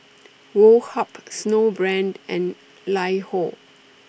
Woh Hup Snowbrand and LiHo